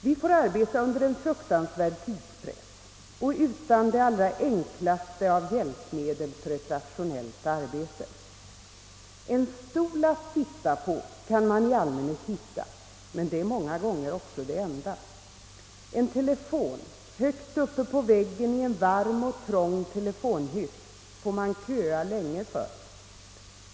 Vi får arbeta under en fruktansvärd tidspress och utan det allra enklaste av hjälpmedel för ett rationellt arbete. En stol att sitta på kan man i allmänhet hitta, men det är många gånger också det enda. En telefon högt uppe på väggen i en varm och trång telefonhytt får man köa länge för.